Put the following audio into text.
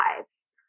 lives